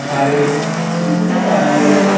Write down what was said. आरो बेखौनो लानानै